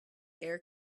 air